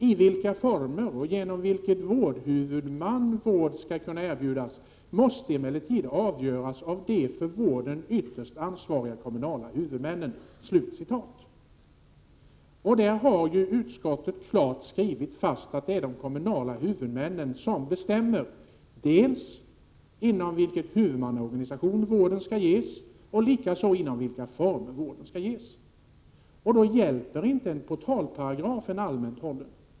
I vilken form och genom vilken vårdhuvudman vård skall kunna erbjudas måste emellertid avgöras av de för vården ytterst ansvariga kommunala huvudmännen. Där har utskottet klart skrivit fast att det är de kommunala huvudmännen som bestämmer dels inom vilken huvudmannaorganisation vården skall ges, dels i vilken form den skall ges. Då hjälper inte en portalparagraf som är allmänt hållen.